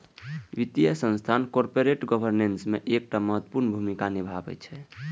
वित्तीय संस्थान corporate governance मे एकटा महत्वपूर्ण भूमिका निभाबै छै